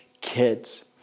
kids